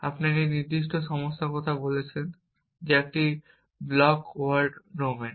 আপনি একটি নির্দিষ্ট সমস্যার কথা বলছেন যা একটি ব্লক ওয়ার্ল্ড ডোমেন